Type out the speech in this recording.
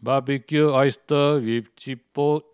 Barbecue Oyster with Chipotle